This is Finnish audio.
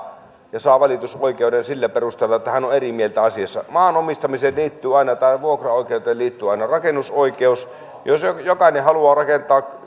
ja saa valitusoikeuden sillä perusteella että hän on eri mieltä asiassa maan omistamiseen tai vuokraoikeuteen liittyy aina rakennusoikeus jos joku haluaa rakentaa